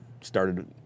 started